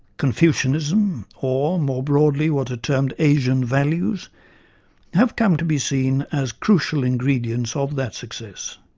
confucianism or, more broadly, what are termed asian values have come to be seen as crucial ingredients of that success.